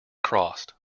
crossed